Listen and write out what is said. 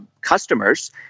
customers